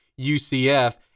UCF